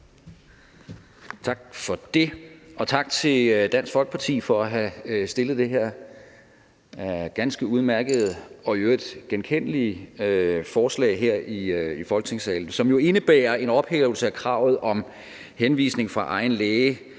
Tak for det, og tak til Dansk Folkeparti for at have fremsat det her ganske udmærkede og i øvrigt genkendelige forslag her i Folketingssalen, som jo indebærer en ophævelse af kravet om henvisning fra en læge